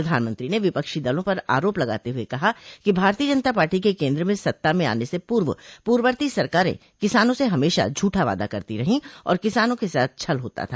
प्रधानमंत्री ने विपक्षो दलों पर आरोप लगाते हुए कहा कि भारतीय जनता पार्टी के केन्द्र में सत्ता में आने से पूर्व पूर्ववर्ती सरकारे किसानों से हमेशा झूठा वादा करती थी और किसानों के साथ छल होता था